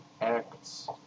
acts